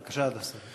בבקשה, כבוד השר.